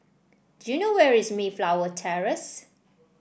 do you know where is Mayflower Terrace